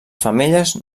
femelles